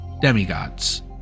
demigods